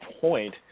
point